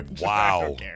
wow